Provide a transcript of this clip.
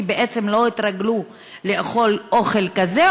כי בעצם לא התרגלו לאכול אוכל כזה,